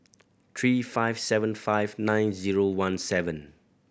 three five seven five nine zero one seven